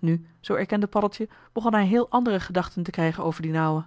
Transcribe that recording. nu zoo erkende paddeltje begon hij heel andere gedachten te krijgen over dien ouwe joh h